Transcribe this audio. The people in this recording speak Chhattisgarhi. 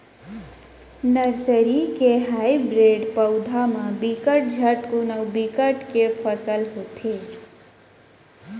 नरसरी के हाइब्रिड पउधा म बिकट झटकुन अउ बिकट के फसल होथे